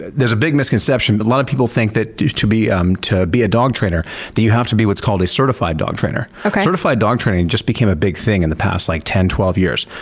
there's a big misconception. but a lot of people think that to be um to be a dog trainer that you have to be what's called a certified dog trainer certified dog training just became a big thing in the past, like, ten, twelve years.